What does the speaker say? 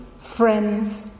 friends